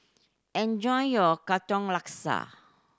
enjoy your Katong Laksa